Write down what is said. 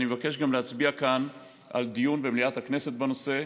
אני מבקש להצביע כאן על דיון במליאת הכנסת בנושא.